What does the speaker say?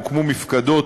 הוקמו מפקדות